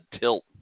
tilt